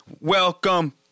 Welcome